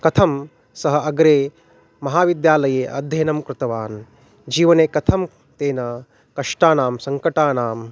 कथं सः अग्रे महाविद्यालये अध्ययनं कृतवान् जीवने कथं तेन कष्टानां सङ्कटानां